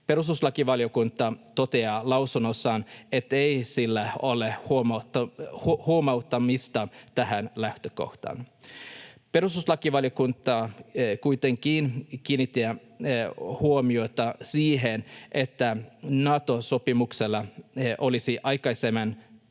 Perustuslakivaliokunta toteaa lausunnossaan, ettei sillä ole huomauttamista tähän lähtökohtaan. Perustuslakivaliokunta kuitenkin kiinnittää huomiota siihen, että Nato-sopimukselle olisi aikaisemman